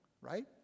right